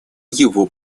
его